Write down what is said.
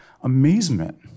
amazement